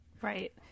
Right